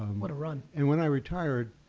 um what a run. and when i retired,